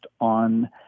on